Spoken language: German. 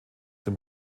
dem